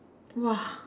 !wah!